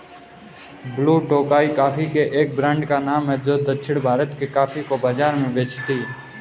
blue Tokai coffee के एक brand का नाम है जो दक्षिण भारत के कॉफी को बाजार में बेचती है